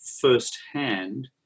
firsthand